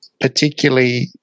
particularly –